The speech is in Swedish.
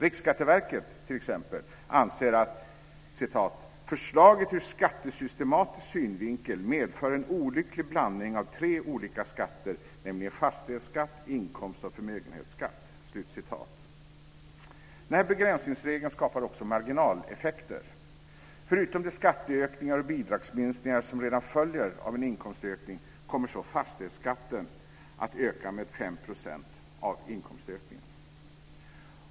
Riksskatteverket t.ex. anser att "förslaget ur skattesystematisk synvinkel medför en olycklig blandning av tre olika skatter nämligen fastighetsskatt, inkomst och förmögenhetsskatt". Begränsningsregeln skapar också marginaleffekter. Förutom de skatteökningar och bidragsminskningar som redan följer av en inkomstökning kommer fastighetsskatten att öka med 5 % av inkomstökningen.